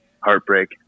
heartbreak